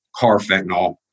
carfentanyl